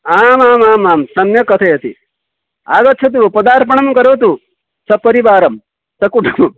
आमामामां सम्यक् कथयति आगच्छतु पदार्पणं करोतु सपरिवारं स कुटुम्बं